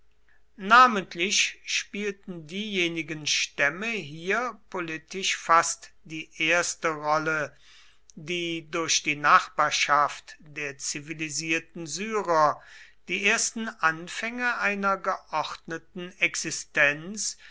namentlich spielten diejenigen stämme hier politisch fast die erste rolle die durch die nachbarschaft der zivilisierten syrer die ersten anfänge einer geordneten existenz